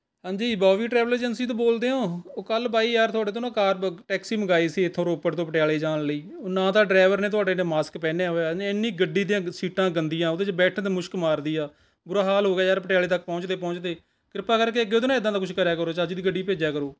ਹਾਂਜੀ Bobby travel agency ਤੋਂ ਬੋਲਦੇ ਹੋ ਉਹ ਕੱਲ ਬਾਈ ਯਾਰ ਤੁਹਾਡੇ ਤੋਂ ਨਾ ਕਾਰ ਬੁੱਕ ਟੈਕਸੀ ਮੰਗਵਾਈ ਸੀ ਇੱਥੋਂ ਰੋਪੜ ਤੋਂ ਪਟਿਆਲੇ ਜਾਣ ਲਈ ਨਾ ਤਾਂ ਡਰਾਈਵਰ ਨੇ ਤੁਹਾਡੇ ਨੇ ਮਾਸਕ ਪਹਿਨਿਆ ਹੋਇਆ ਉਹਨੇ ਐਨੀ ਗੱਡੀ ਦੀਆਂ ਗ ਸੀਟਾਂ ਗੰਦੀਆਂ ਉਹਦੇ 'ਚ ਬੈਠੇ ਤਾਂ ਮੁਸ਼ਕ ਮਾਰਦੀ ਆ ਬੁਰਾ ਹਾਲ ਹੋ ਗਿਆ ਯਾਰ ਪਟਿਆਲੇ ਤੱਕ ਪਹੁੰਚਦੇ ਪਹੁੰਚਦੇ ਕਿਰਪਾ ਕਰਕੇ ਅੱਗੇ ਤੋਂ ਨਾ ਏਦਾਂ ਦਾ ਕੁਛ ਕਰਿਆ ਕਰੋ ਚੱਜ ਦੀ ਗੱਡੀ ਭੇਜਿਆ ਕਰੋ